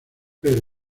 pero